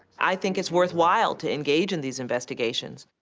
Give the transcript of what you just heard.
i think it's worthwhile to engage in these investigations.